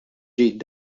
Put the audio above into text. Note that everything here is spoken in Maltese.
ġid